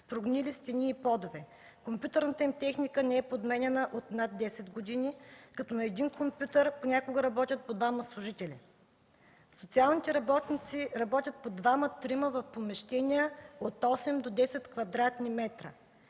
с прогнили стени и подове. Компютърната им техника не е подменяна от над 10 години, като на един компютър понякога работят по двама служители. Социалните работници работят по двама-трима в помещения от 8 до 10 кв.м.